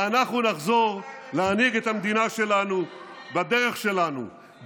ואנחנו נחזור להנהיג את המדינה שלנו בדרך שלנו,